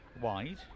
wide